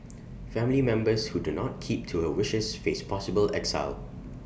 family members who do not keep to her wishes face possible exile